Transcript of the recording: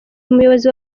umuyobozi